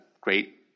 great